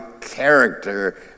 character